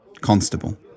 Constable